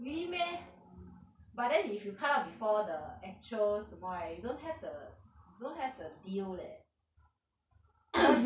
really meh but then if you cart out before the actual 什么 right you don't have the you don't have the deal leh